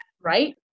Right